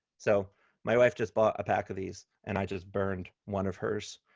so my wife just bought a pack of these, and i just burned one of hers.